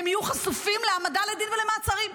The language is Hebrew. הם יהיו חשופים להעמדה לדין ולמעצרים,